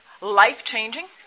life-changing